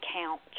count